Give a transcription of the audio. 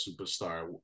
Superstar